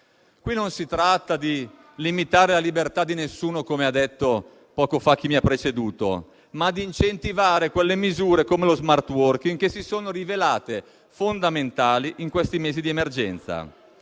Qui si tratta non di limitare la libertà di nessuno - come ha detto poco fa chi mi ha preceduto - ma di incentivare quelle misure, come lo *smart working*, che si sono rivelate fondamentali nei mesi di emergenza.